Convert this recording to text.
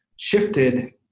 shifted